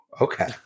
okay